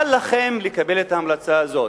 אל לכם לקבל את ההמלצה הזאת.